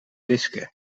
wiske